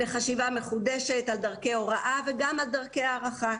הזדמנויות לחשיבה מחודשת על דרכי ההוראה ועל דרכי ההערכה.